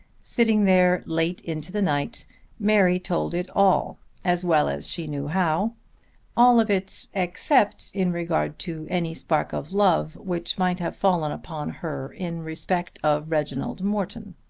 sitting there late into the night mary told it all as well as she knew how all of it except in regard to any spark of love which might have fallen upon her in respect of reginald morton.